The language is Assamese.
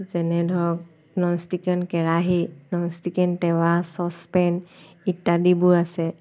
যেনে ধৰক নন ষ্টিকী কেৰাহী নন ষ্টিকী টেৱা ছচপেন ইত্যাদিবোৰ আছে